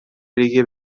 ریگی